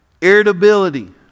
Irritability